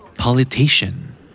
Politician